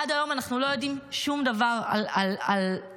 עד היום אנחנו לא יודעים שום דבר על אודותיו,